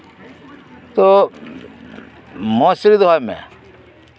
ᱛᱳ ᱢᱚᱸᱡᱽ ᱥᱟᱹᱲᱤ ᱫᱚᱦᱚᱭ ᱢᱮ